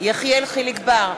יחיאל חיליק בר,